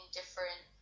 different